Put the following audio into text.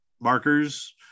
markers